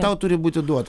tau turi būti duota